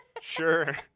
Sure